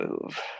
move